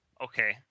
Okay